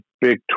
Big